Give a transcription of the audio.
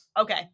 Okay